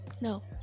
no